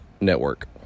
network